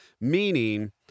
meaning